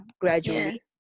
gradually